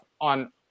on